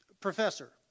professor